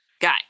Guy